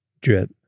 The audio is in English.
drip